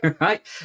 right